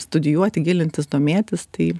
studijuoti gilintis domėtis tai